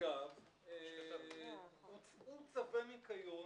במשגב יש צווי ניקיון